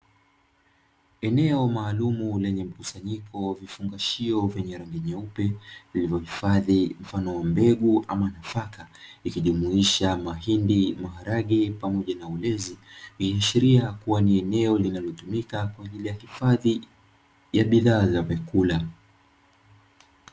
Eneo maalumu lenye mkusanyiko wa vifungashio vyenye rangi nyeupe vilivyo hifadhi mfano wa mbegu ama nafaka vikijumuisha: mahindi, maharage pamoja na ulezi ikiashiria kuwa ni eneo linalotumika kwa ajili ya hifadhi ya bidhaa za vyakula.